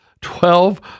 Twelve